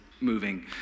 moving